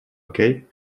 okay